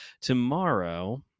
tomorrow